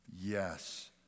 yes